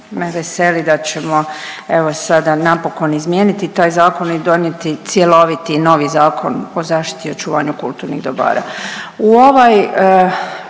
me veseli da ćemo evo sada napokon izmijeniti taj zakon i donijeti cjeloviti novi Zakon o zaštiti i očuvanju kulturnih dobara.